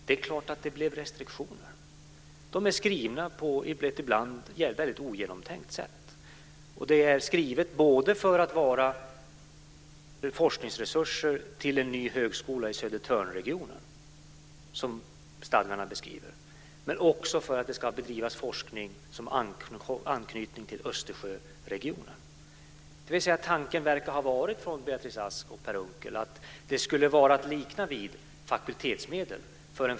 Det är klart att det blev restriktioner. De är skrivna, på ett ibland väldigt ogenomtänkt sätt, både för att vara forskningsresurser till en ny högskola i Södertörnregionen, precis som stadgarna säger, och för att det ska bedrivas forskning med anknytning till Unckels sida verkar ha varit att dessa medel för en framtida högskola skulle vara att likna vid fakultetsmedel.